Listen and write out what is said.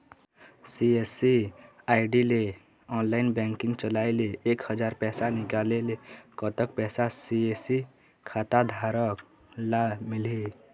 CSC ID ले online banking चलाए ले एक हजार पैसा निकाले ले कतक पैसा सी.एस.सी खाता धारक ला मिलही?